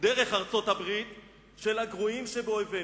דרך ארצות-הברית של הגרועים באויבינו.